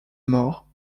mort